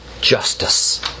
justice